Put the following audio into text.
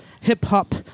hip-hop